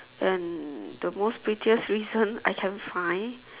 then the most pettiest reason I can find